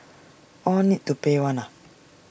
all need to pay one ah